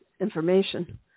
information